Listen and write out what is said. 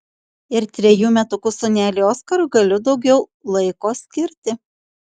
ir trejų metukų sūneliui oskarui galiu daugiau laiko skirti